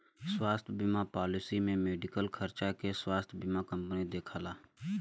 स्वास्थ्य बीमा पॉलिसी में मेडिकल खर्चा के स्वास्थ्य बीमा कंपनी देखला